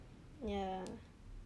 ya